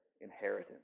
inheritance